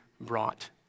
brought